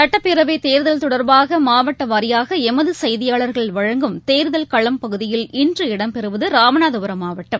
சட்டப்பேரவைத்தேர்தல் தொடர்பாகமாவட்டவாரியாகஎமதுசெய்தியாளர்கள் வழங்கும் தேர்தல் களம் பகுதியில் இன்று இடம்பெறுவதராமநாதபுரம் மாவட்டம்